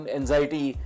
anxiety